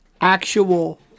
actual